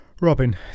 Robin